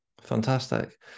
Fantastic